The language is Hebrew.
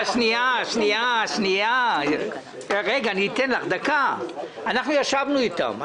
אנחנו נפגשנו איתם.